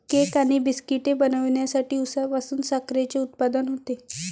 cake आणि बिस्किटे बनवण्यासाठी उसापासून साखरेचे उत्पादन होते